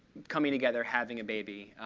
coming together, having a baby.